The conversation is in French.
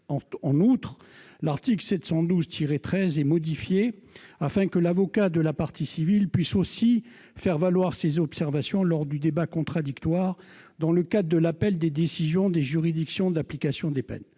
En outre, l'article 712-13 est modifié afin que l'avocat de la partie civile puisse aussi faire valoir ses observations lors du débat contradictoire dans le cadre de l'appel des décisions des juridictions de l'application des peines.